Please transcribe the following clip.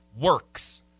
works